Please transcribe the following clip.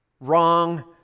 wrong